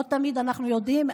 לא תמיד אנחנו יודעים,